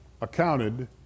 accounted